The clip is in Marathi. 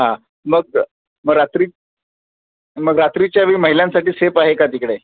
हां मग मग रात्री मग रात्रीच्यावेळी महिलांसाठी सेप आहे का तिकडे